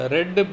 Red